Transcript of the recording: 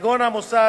כגון המוסד,